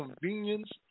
convenience